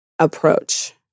approach